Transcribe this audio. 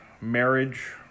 marriage